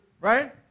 right